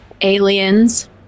aliens